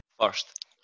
first